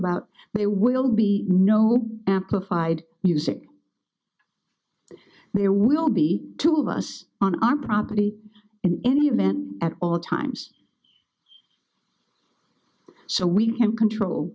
about they will be no amplified music there will be two of us on our property in any event at all times so we can control